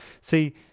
see